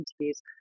interviews